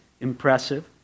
impressive